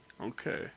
Okay